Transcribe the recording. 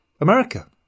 America